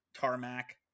Tarmac